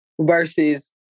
versus